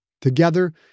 Together